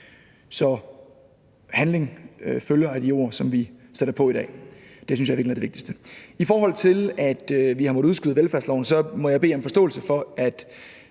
Så handling følger af de ord, som vi sætter på i dag. Det synes jeg i virkeligheden er det vigtigste. I forhold til at vi har måttet udskyde velfærdsloven, må jeg bede om forståelse for, at